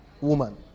woman